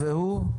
והוא?